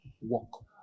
Walk